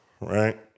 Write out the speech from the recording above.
Right